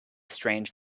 strange